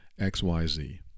XYZ